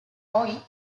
hoy